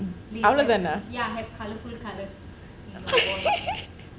அவ்வளவுதானா:avvalavuthaana